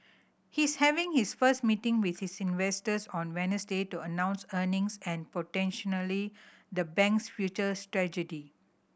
he's having his first meeting with his investors on Wednesday to announce earning and potentially the bank's future strategy